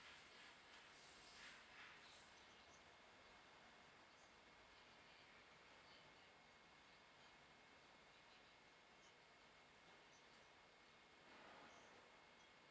kiasu